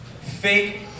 fake